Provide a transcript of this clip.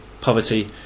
poverty